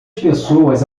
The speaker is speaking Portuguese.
pessoas